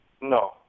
No